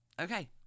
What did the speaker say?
okay